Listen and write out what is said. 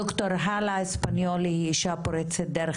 ד"ר האלה אספניולי היא אישה פורצת דרך